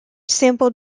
sampled